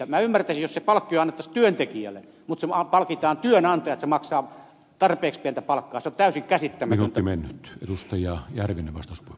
minä ymmärtäisin jos se palkkio annettaisiin työntekijälle mutta kun palkitaan työnantajat siitä että ne maksavat tarpeeksi pientä palkkaa se on täysin käsittämätöntä